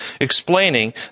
explaining